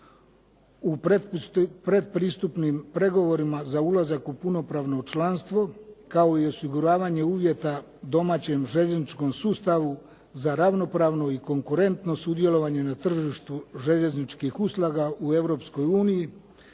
u predpristupnim pregovorima za ulazak u punopravno članstvo kao i osiguravanje uvjeta domaćem željezničkom sustavu za ravnopravno i konkurentno sudjelovanje na tržištu željezničkih usluga u